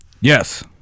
Yes